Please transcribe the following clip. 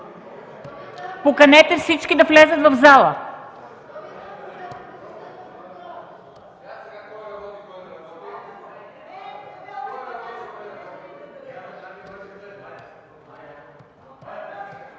поканете всички да влязат в залата.